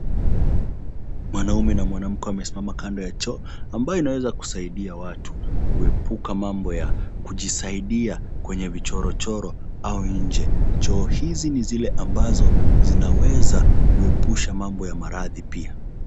Mwanamume na mwanamke wamesimama kando ya choo ambayo inaweza kusaidia watu kuepuka mambo ya kujisaidia kwenye vichorochoro au nje. Choo hizi ni zile ambazo zinaweza kuepusha mambo ya maradhi pia.